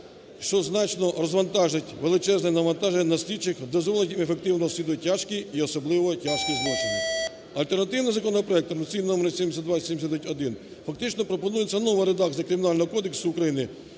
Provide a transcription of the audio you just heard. що значно розвантажить величезне навантаження на слідчих, дозволить їм ефективно розслідувати тяжкі і особливо тяжкі злочини. Альтернативним законопроектом, реєстраційний номер 7279-1, фактично пропонується нова редакція Кримінального кодексу України,